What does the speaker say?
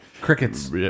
Crickets